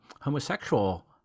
homosexual